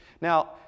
Now